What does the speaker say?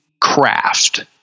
craft